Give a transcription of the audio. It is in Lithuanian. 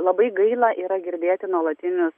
labai gaila yra girdėti nuolatinius